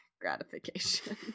gratification